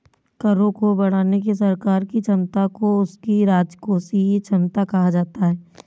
करों को बढ़ाने की सरकार की क्षमता को उसकी राजकोषीय क्षमता कहा जाता है